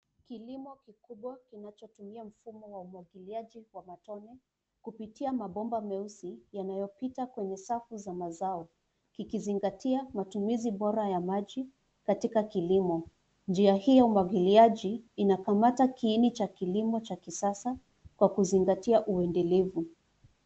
Kilimo kikubwa kinachotumia mfumo wa umwagiliaji wa matone kupitia mabomba meusi yanayopita kwenye safu za mazao. Kikizingatia matumizi bora ya maji katika kilimo. Njia hii ya umwagiliaji inakamata kiini cha kilimo cha kisasa kwa kuzingatia uendelevu.